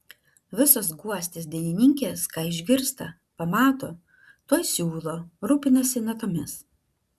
visos guostės dainininkės ką išgirsta pamato tuoj siūlo rūpinasi natomis